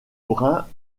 brin